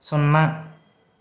సున్నా